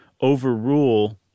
overrule